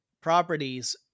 properties